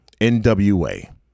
NWA